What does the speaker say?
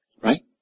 Right